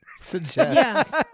Suggest